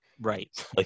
Right